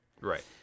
Right